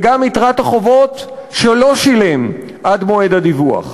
וגם יתרת החובות שלא שילם עד מועד הדיווח,